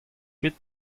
kuit